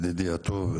ידידי הטוב,